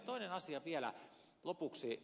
toinen asia vielä lopuksi